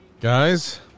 Guys